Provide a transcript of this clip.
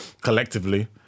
Collectively